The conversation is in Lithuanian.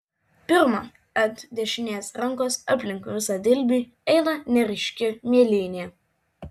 pirma ant dešinės rankos aplink visą dilbį eina neryški mėlynė